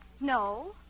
No